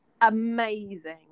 amazing